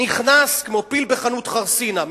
נכנס כמו פיל בחנות חרסינה,